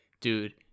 dude